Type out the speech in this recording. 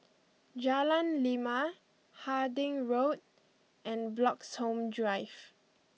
Jalan Lima Harding Road and Bloxhome Drive